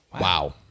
Wow